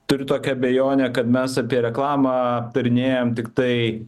turiu tokią abejonę kad mes apie reklamą aptarinėjam tiktai